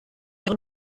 ihre